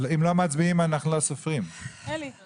5. הצבעה לא אושר ההסתייגות